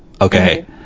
Okay